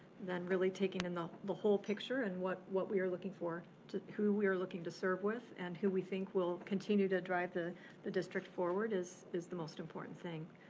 then really taking in the the whole picture and what what we are looking for, who we are looking to serve with and who we think will continue to drive the the district forward is is the most important thing.